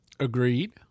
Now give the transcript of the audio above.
Agreed